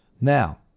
Now